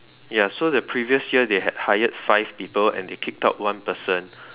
ya so the previous year they had hired five people and they kicked out one person